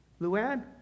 Luann